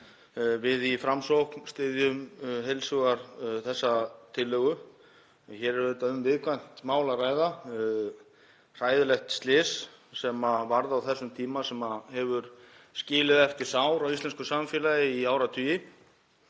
Við í Framsókn styðjum heils hugar þessa tillögu. Hér er um viðkvæmt mál að ræða, hræðilegt slys sem varð á þessum tíma sem hefur skilið eftir sár á íslensku samfélagi í áratugi.